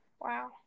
Wow